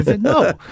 No